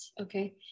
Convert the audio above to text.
okay